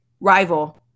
Rival